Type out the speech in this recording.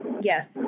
Yes